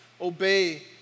obey